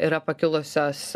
yra pakilusios